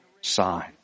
sign